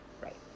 Right